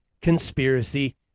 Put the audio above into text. conspiracy